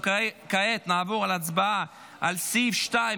נעבור כעת להצבעה על סעיף 2,